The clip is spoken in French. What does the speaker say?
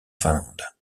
finlande